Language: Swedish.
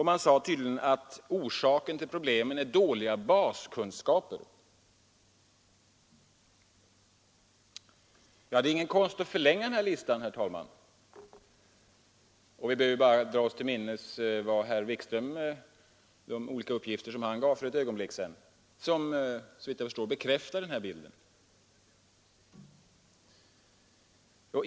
Man sade att orsaken till problemen är ”dåliga baskunskaper”. Det är ingen konst att förlänga denna lista, herr talman. Vi behöver bara dra oss till minnes de olika uppgifter som herr Wikström nyss lämnade och som såvitt jag förstår bekräftar den här bilden.